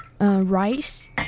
rice